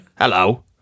hello